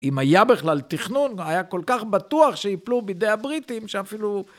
אם היה בכלל תכנון, היה כל כך בטוח שייפלו בידי הבריטים שאפילו...